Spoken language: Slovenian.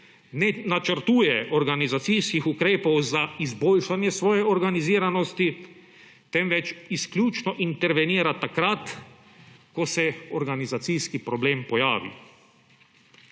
ne načrtuje organizacijskih ukrepov za izboljšanje svoje organiziranosti, temveč izključno intervenira takrat, ko se organizacijski problem pojavi.